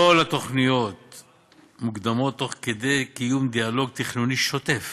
כל התוכניות מקודמות תוך קיום דיאלוג תכנוני שוטף